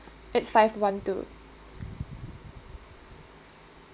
eight five one two